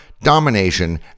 domination